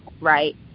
right